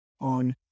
on